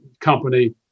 company